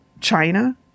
China